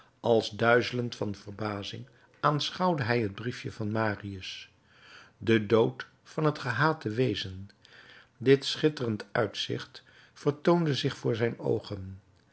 als duizelend van verbazing aanschouwde hij het briefje van marius de dood van het gehate wezen dit schitterend uitzicht vertoonde zich voor zijn oogen